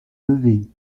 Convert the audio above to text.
lever